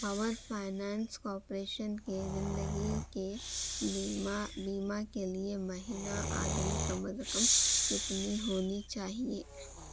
power finance corporation کے زندگی کے بیمہ بیمہ کے لیے مہینہ آدمی کم از کم کتنی ہونی چاہیے